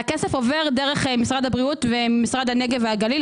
הכסף עובר דרך משרד הבריאות ומשרד הנגב והגליל.